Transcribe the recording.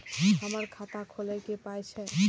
हमर खाता खौलैक पाय छै